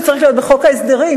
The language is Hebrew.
זה צריך להיות בחוק ההסדרים?